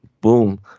boom